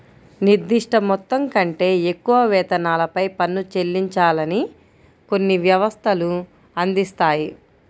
నిర్దిష్ట మొత్తం కంటే ఎక్కువ వేతనాలపై పన్ను చెల్లించాలని కొన్ని వ్యవస్థలు అందిస్తాయి